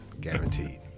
Guaranteed